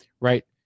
right